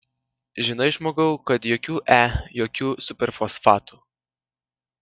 žinai žmogau kad jokių e jokių superfosfatų